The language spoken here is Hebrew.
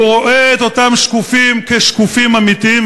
רואה את אותם שקופים כשקופים אמיתיים,